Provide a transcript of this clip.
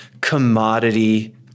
commodity